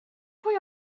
pwy